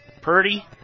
Purdy